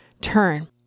turn